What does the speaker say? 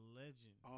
legend